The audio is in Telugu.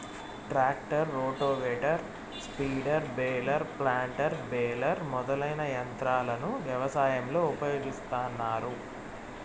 tractor, rotavator, seeder, baler, planter, baler మొదలైన యంత్రాలను వ్యవసాయంలో ఉపయోగిస్తాన్నారు